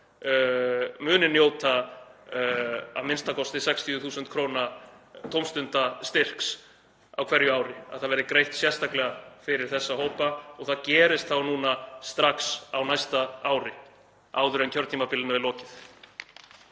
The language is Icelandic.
hópar muni njóta a.m.k. 60.000 kr. tómstundastyrks á hverju ári, að það verði greitt sérstaklega fyrir þessa hópa og það gerist þá núna strax á næsta ári áður en kjörtímabilinu er lokið?